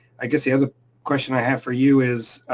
i guess the other question i have for you is,